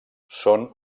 són